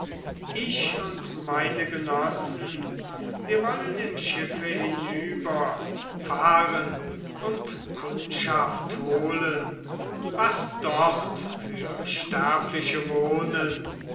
ich und meine genossen wir wollen im schiffe hinüber fahren und kundschaft holen was dort für sterbliche